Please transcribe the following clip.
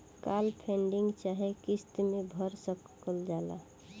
काल funding चाहे किस्त मे भर सकल जाला